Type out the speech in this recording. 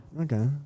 Okay